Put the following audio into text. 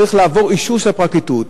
צריך לעבור אישור של הפרקליטות.